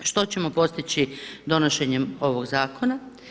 Što ćemo postići donošenjem ovog zakona?